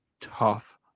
tough